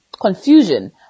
confusion